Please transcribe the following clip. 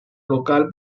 local